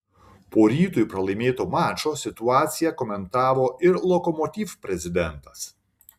po rytui pralaimėto mačo situaciją komentavo ir lokomotiv prezidentas